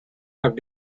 have